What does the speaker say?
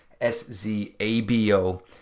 S-Z-A-B-O